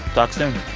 talk soon